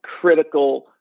critical